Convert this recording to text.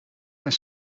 zijn